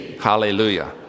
Hallelujah